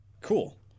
cool